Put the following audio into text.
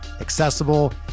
accessible